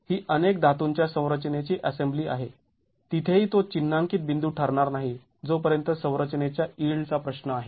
ही अनेक धातूंच्या संरचनेची असेंबली आहे तिथेही तो चिन्हांकित बिंदू ठरणार नाही जोपर्यंत संरचनेच्या यिल्डचा प्रश्न आहे